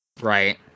Right